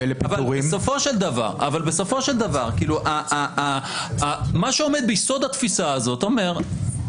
אבל בסופו של דבר מה שעומד ביסוד התפיסה הזאת אומר,